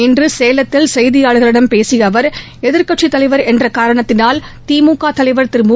இன்று சேலத்தில் செய்தியாளர்களிடம் பேசிய அவர் எதிர்க்கட்சி தலைவர் என்ற காரணத்தினால் திமுக தலைவர் திரு மு